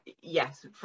yes